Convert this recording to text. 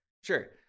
Sure